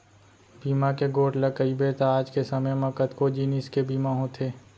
बीमा के गोठ ल कइबे त आज के समे म कतको जिनिस के बीमा होथे